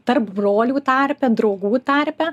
tarp brolių tarpe draugų tarpe